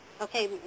Okay